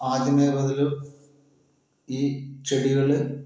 ആദ്യമേ മുതൽ ഈ ചെടികൾ